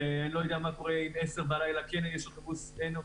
אני לא יודע אם ב-10:00 יש אוטובוס או אין,